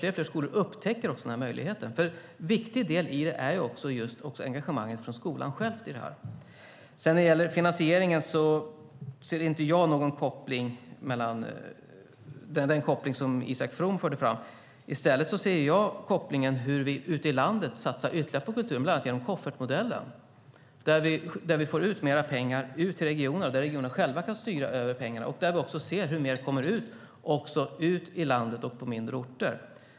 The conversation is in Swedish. Fler och fler skolor upptäcker också den möjligheten. En viktig del i det är också engagemanget från skolan själv. När det gäller finansieringen ser jag inte den koppling som Isak From förde fram. I stället ser jag kopplingen hur vi ute i landet satsar ytterligare på kultur, bland annat genom koffertmodellen, där vi för ut mer pengar till regionerna och där regionerna själva kan styra över pengarna. Där kan vi också se hur mer kommer ut i landet och till mindre orter.